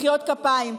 מחיאות כפיים.